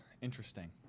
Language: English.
interesting